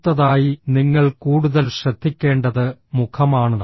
അടുത്തതായി നിങ്ങൾ കൂടുതൽ ശ്രദ്ധിക്കേണ്ടത് മുഖമാണ്